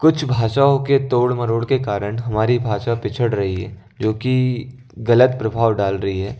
कुछ भाषाओं के तोड़ मरोड़ के कारण हमारी भाषा पिछड़ रही है जो कि गलत प्रभाव डाल रही है